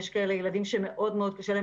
יש ילדים שמאוד מאוד קשה להם